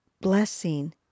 blessing